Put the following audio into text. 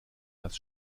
das